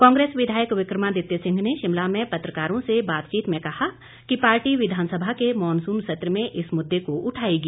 कांग्रेस विधायक विक्रमादित्य सिंह ने शिमला में पत्रकारों से बातचीत में कहा कि पार्टी विधानसभा के मॉनसून सत्र में इस मुद्दे को उठाएगी